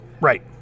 Right